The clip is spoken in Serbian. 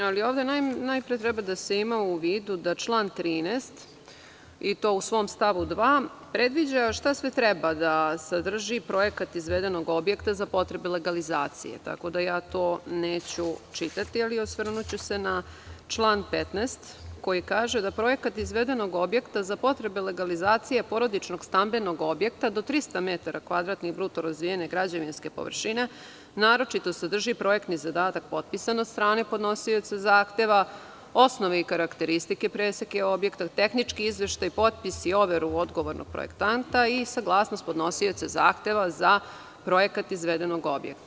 Ovde najpre treba da se ima u vidu da član 13. u svom stavu 2. predviđa šta sve treba da sadrži projekat izvedenog objekta za potrebe legalizacije, tako da ja to neću čitati, ali osvrnuću se na član 15. koji kaže da projekat izvedenog objekta za potrebe legalizacije porodičnog stambenog objekta do 300 metara kvadratnih bruto razvijene građevinske površine naročito sadrži projektni zadatak potpisan od strane podnosioca zahteva, osnove i karakteristike preseke objekta, tehnički izveštaj, potpis i overu odgovornog projektanta i saglasnost podnosioca zahteva za projekat izvedenog objekta.